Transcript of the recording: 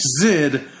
Zid